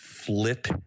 flip